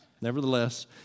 nevertheless